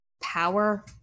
power